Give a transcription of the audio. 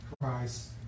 Christ